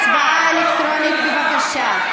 הצבעה אלקטרונית, בבקשה.